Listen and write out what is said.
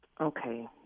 Okay